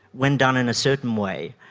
when done in a certain way,